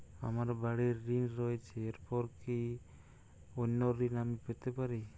আমার বাড়ীর ঋণ রয়েছে এরপর কি অন্য ঋণ আমি পেতে পারি?